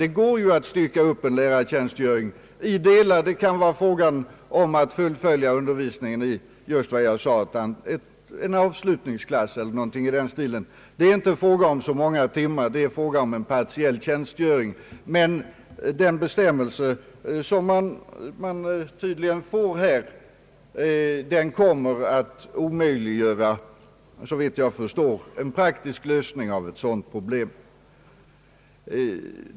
Det går ju att stycka upp en lärartjänstgöring i delar. Det kan vara fråga om att fullfölja undervisningen i som jag sade en avslutningsklass eller något sådant. Det är inte fråga om så många timmar utan om en partiell tjänstgöring. Den bestämmelse, som tydligen kommer att beslutas här, omöjliggör såvitt jag förstår en praktisk lösning av detta problem.